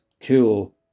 cool